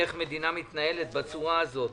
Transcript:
איך מדינה מתנהלת בצורה הזאת.